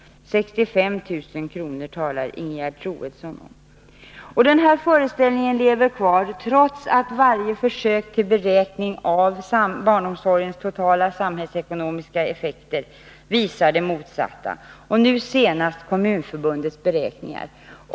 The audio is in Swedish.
65 000 kr. talar Ingegerd Troedsson om. Och den här föreställningen lever kvar, trots att varje försök till beräkning av barnomsorgens totala samhällsekonomiska effekter visar motsatsen, nu senast enligt Kommunförbundets beräkningar.